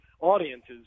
audiences